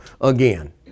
again